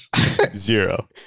Zero